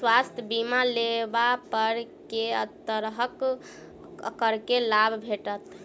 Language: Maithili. स्वास्थ्य बीमा लेबा पर केँ तरहक करके लाभ भेटत?